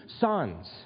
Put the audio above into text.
sons